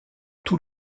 tous